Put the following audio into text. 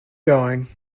going